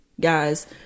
guys